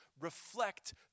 reflect